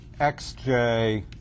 xj